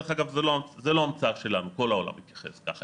דרך אגב זו לא המצאה שלנו, כל העולם מתייחס ככה.